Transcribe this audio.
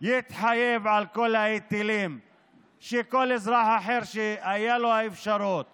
יתחייב על כל ההיטלים כמו כל אזרח אחר שהייתה לו האפשרות